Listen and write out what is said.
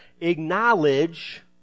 acknowledge